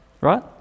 right